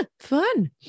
Fun